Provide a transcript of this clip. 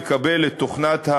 לקבל את תוכנת,